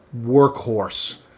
workhorse